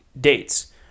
dates